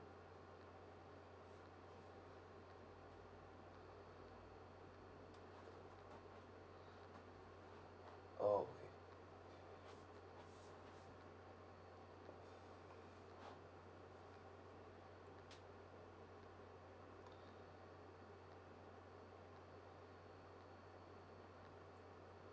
oh okay